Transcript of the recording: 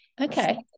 okay